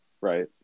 Right